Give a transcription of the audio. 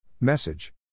Message